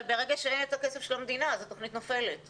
אבל ברגע שאין את הכסף של המדינה אז התוכנית נופלת,